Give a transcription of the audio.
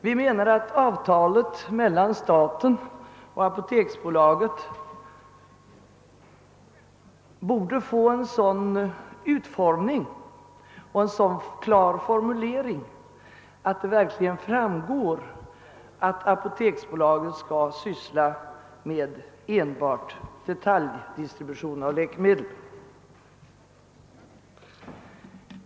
Vi menar att avtalet mellan staten och apoteksbolaget borde få en sådan klar utformning, att det verkligen framgår att apoteksbolaget enbart skall syssla med detaljdistribution av läkemedel.